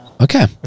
Okay